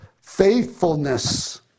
faithfulness